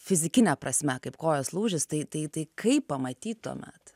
fizikine prasme kaip kojos lūžis tai tai tai kaip pamatyt tuomet